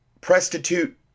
prostitute